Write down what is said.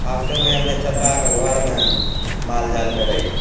आब देबै हमे चदराके घरमे मालजालके राखि